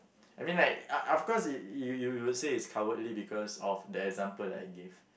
I mean like of of course you you would say it's cowardly because of the example that I gave